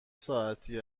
ساعتی